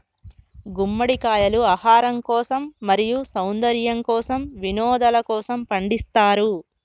గుమ్మడికాయలు ఆహారం కోసం, మరియు సౌందర్యము కోసం, వినోదలకోసము పండిస్తారు